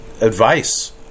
advice